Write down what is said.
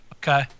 Okay